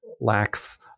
lacks